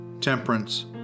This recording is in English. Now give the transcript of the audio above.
temperance